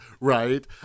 right